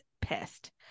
pissed